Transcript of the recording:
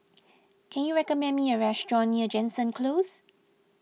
can you recommend me a restaurant near Jansen Close